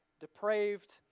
depraved